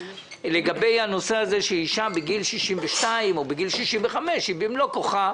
לגבי אישה בגיל 62 או בגיל 65 שהיא במלוא כוחה,